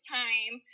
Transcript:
time